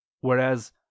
Whereas